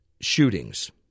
shootings